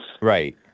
Right